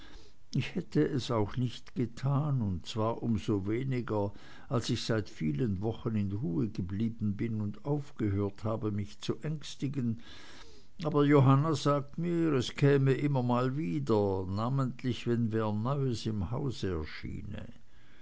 ich hätte es auch nicht getan und zwar um so weniger als ich seit vielen wochen in ruhe geblieben bin und aufgehört habe mich zu ängstigen aber johanna sagt mir es käme immer mal wieder namentlich wenn wer neues im hause erschiene